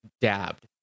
dabbed